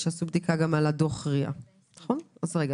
שעשו בדיקה על דוח RIA. רחל אוברמן,